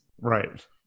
Right